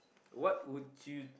what would you